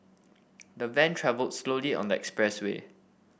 the van travelled slowly on the expressway